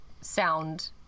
sound